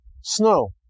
snow